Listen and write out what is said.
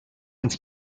ins